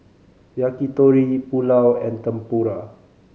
Yakitori Pulao and Tempura